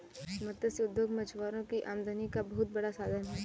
मत्स्य उद्योग मछुआरों की आमदनी का बहुत बड़ा साधन है